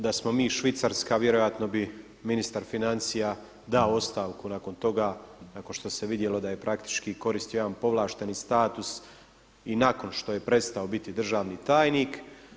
Da smo mi Švicarska vjerojatno bi ministar financija dao ostavku nakon toga, nakon što se vidjelo da je praktički koristio jedan povlašteni status i nakon što je prestao biti državni tajnik.